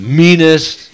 meanest